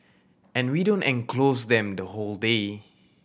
and we don't enclose them the whole day